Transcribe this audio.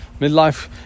midlife